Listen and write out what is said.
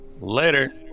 Later